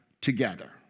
together